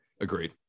Agreed